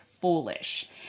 foolish